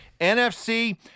NFC